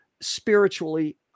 spiritually